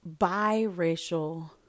biracial